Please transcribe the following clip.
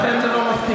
לכן זה לא מפתיע.